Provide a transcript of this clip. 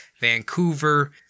Vancouver